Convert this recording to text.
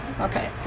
okay